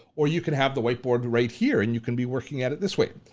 or you can have the whiteboard right here, and you can be working at it this way.